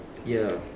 ya